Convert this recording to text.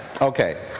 Okay